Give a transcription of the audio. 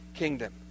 kingdom